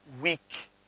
weak